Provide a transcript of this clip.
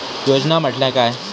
योजना म्हटल्या काय?